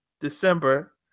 December